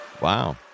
Wow